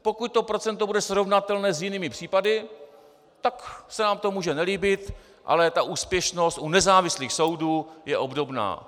Pokud to procento bude srovnatelné s jinými případy, tak se nám to může nelíbit, ale ta úspěšnost u nezávislých soudů je obdobná.